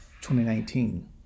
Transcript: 2019